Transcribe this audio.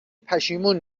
پشیمون